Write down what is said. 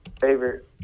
favorite